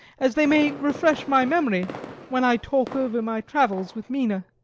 as they may refresh my memory when i talk over my travels with mina.